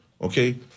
okay